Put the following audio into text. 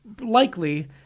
likely